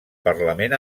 parlament